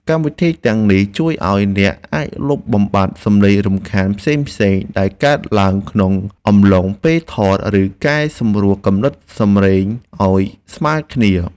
កម្មវិធីទាំងនេះជួយឱ្យអ្នកអាចលុបបំបាត់សំឡេងរំខានផ្សេងៗដែលកើតឡើងក្នុងអំឡុងពេលថត ឬកែសម្រួលកម្រិតសំឡេងឱ្យស្មើគ្នា។